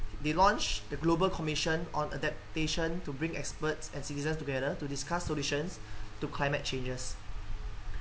they launched the global commission on adaptation to bring experts and citizens together to discuss solutions to climate changes